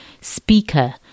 speaker